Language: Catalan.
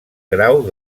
grau